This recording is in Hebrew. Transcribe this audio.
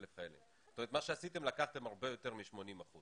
מה שעשיתם, לקחתם הרבה יותר מ-80 אחוזים.